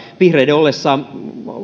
vihreiden ollessa hallituksessa